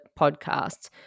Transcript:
podcasts